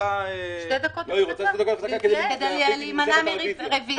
רוצה שתי דקות הפסקה כדי להחליט אם היא מושכת את הרביזיה.